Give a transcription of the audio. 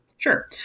Sure